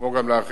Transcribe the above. כמו גם לאחרים,